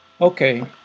okay